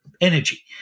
energy